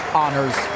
honors